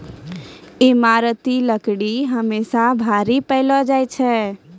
ईमारती लकड़ी हमेसा भारी पैलो जा छै